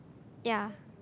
ya